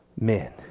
men